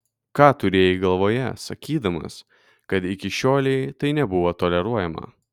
ką turėjai galvoje sakydamas kad ikšiolei tai nebuvo toleruojama